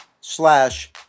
slash